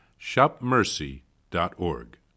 shopmercy.org